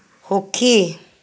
সুখী